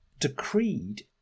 decreed